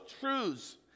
truths